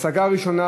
השגה ראשונה,